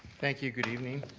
thank you good evening.